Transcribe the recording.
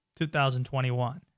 2021